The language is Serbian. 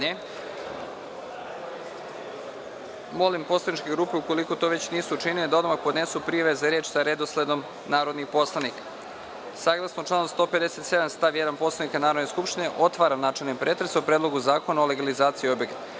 (Ne)Molim poslaničke grupe, ukoliko to već nisu učinile, da odmah podnesu prijave za reč sa redosledom narodnih poslanika. Saglasno članu 157. stav 1. Poslovnika Narodne skupštine otvaram načelni pretres o Predlogu zakona o legalizaciji objekata. Da